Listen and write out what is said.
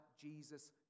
Jesus